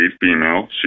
female